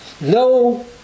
No